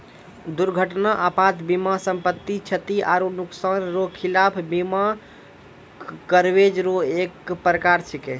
दुर्घटना आपात बीमा सम्पति, क्षति आरो नुकसान रो खिलाफ बीमा कवरेज रो एक परकार छैकै